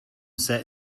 set